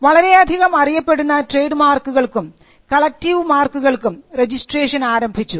വളരെയധികം അറിയപ്പെടുന്ന ട്രേഡ് മാർക്കുകൾക്കും കളക്ടീവ് മാർക്കുകൾക്കും രജിസ്ട്രേഷൻ ആരംഭിച്ചു